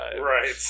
Right